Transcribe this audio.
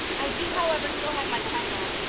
i do, however, still have my title.